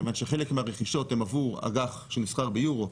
כיוון שחלק מהרכישות הם עבור אג"ח שנסחר ביורו,